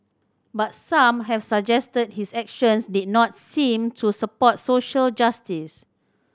but some have suggested his actions did not seem to support social justice